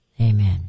Amen